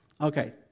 Okay